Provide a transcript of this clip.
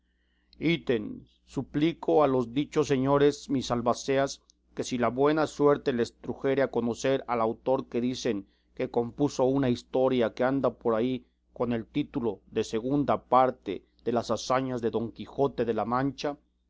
ítem suplico a los dichos señores mis albaceas que si la buena suerte les trujere a conocer al autor que dicen que compuso una historia que anda por ahí con el título de segunda parte de las hazañas de don quijote de la mancha